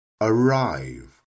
arrive